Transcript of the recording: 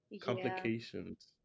complications